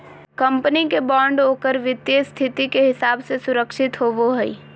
company के bond ओकर वित्तीय स्थिति के हिसाब से सुरक्षित होवो हइ